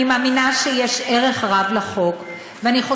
ואני מאמינה שיש ערך רב לחוק,